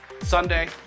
Sunday